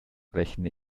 rechne